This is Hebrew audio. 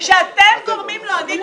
-- שאתם גורמים לו --- לא.